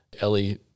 Ellie